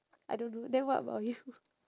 I don't know then what about you